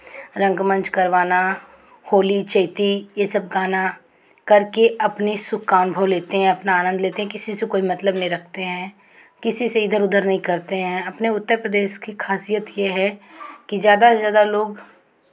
रंगमंच करवाना होली चैती ये सब गाना करके अपने सुख का अनुभव लेते हैं अपना आनंद लेते हैं किसी से कोई मतलब नहीं रखते हैं किसी से इधर उधर नहीं करते हैं अपने उत्तर प्रदेश की खासियत ये है कि ज़्यादा से ज़्यादा लोग